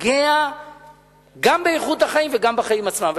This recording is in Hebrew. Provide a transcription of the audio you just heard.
פוגע גם באיכות החיים וגם בחיים עצמם.